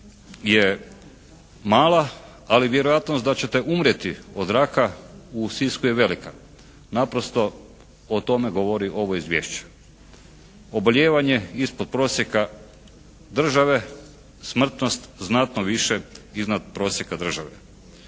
je mala, ali vjerojatnost da ćete umrijeti od raka u Sisku je velika. Naprosto o tome govori ovo izvješće. Oboljevanje ispod prosjeka države, smrtnost znatno više iznad prosjeka države.